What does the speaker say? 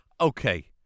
Okay